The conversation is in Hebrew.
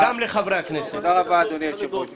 לא, דיברתי על מגילת העצמאות